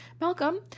Malcolm